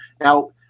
now